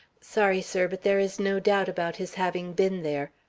sorry, sir, but there is no doubt about his having been there.